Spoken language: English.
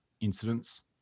incidents